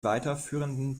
weiterführenden